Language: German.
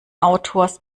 autors